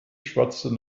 schwatzte